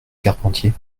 carpentier